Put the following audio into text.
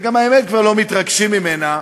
וגם האמת, כבר לא מתרגשים ממנה,